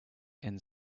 and